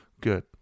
good